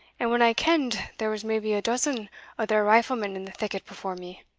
and when i ken'd there was maybe a dozen o' their riflemen in the thicket before me.